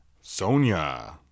Sonia